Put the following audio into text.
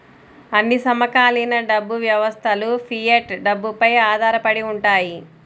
అన్ని సమకాలీన డబ్బు వ్యవస్థలుఫియట్ డబ్బుపై ఆధారపడి ఉంటాయి